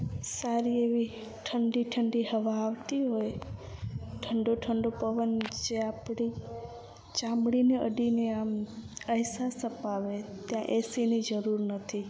સારી એવી ઠંડી ઠંડી હવા આવતી હોય ઠંડો ઠંડો પવન જે આપણી ચામડીને અડીને આમ અહેસાસ અપાવે ત્યાં એસીની જરૂર નથી